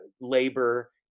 labor